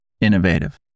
innovative